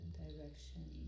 direction